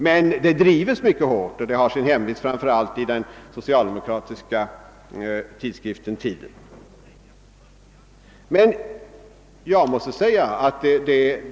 Men tankegången drivs mycket hårt, på en del håll, och den har sin hemvist framför allt i den socialdemokratiska tidskriften » Tiden».